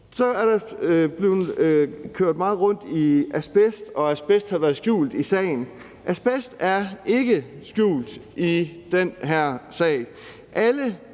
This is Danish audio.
Så er der blevet talt meget om asbest og om, at asbest har været skjult i sagen. Asbest er ikke skjult i den her sag.